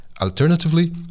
Alternatively